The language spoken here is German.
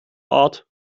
art